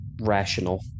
rational